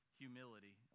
humility